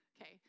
Okay